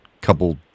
couple